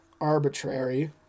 arbitrary